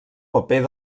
paper